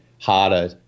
harder